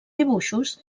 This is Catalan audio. dibuixos